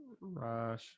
Rush